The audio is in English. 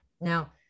Now